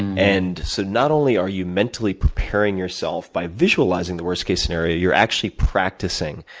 and so, not only are you mentally preparing yourself by visualizing the worst-case scenario, you're actually practicing.